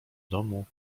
domu